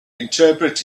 interpret